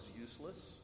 useless